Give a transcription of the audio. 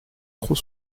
trop